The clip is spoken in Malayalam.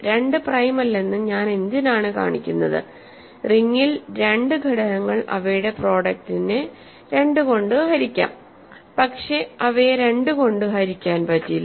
2 പ്രൈം അല്ലെന്ന് ഞാൻ എന്തിനാണ് കാണിക്കുന്നത് റിംഗിൽ രണ്ട് ഘടകങ്ങൾ അവയുടെ പ്രൊഡക്ടിനെ 2 കൊണ്ട് ഹരിക്കാംപക്ഷെ അവയെ 2 കൊണ്ട് ഹരിക്കാൻ പറ്റില്ല